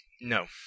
No